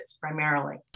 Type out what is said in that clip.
primarily